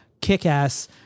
kick-ass